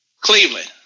Cleveland